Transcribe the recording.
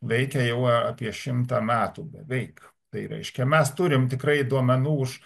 veikia jau a apie šimtą metų beveik tai reiškia mes turim tikrai duomenų už